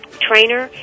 trainer